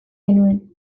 genuen